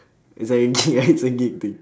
is like a gig ya it's a gig thing